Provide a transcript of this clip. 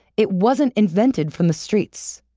it wasn't invented from the streets.